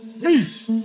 peace